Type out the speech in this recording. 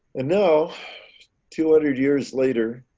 and now two hundred years later,